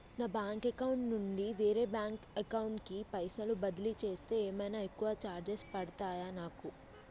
నా bank account నుండి వేరే బ్యాంక్ అకౌంట్ కి పైసల్ బదిలీ చేస్తే ఏమైనా ఎక్కువ చార్జెస్ పడ్తయా నాకు?